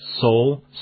soul